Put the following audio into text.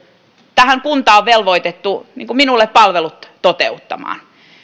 tähän kunta on velvoitettu minulle palvelut toteuttamaan